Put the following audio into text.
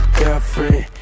girlfriend